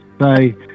say